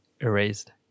erased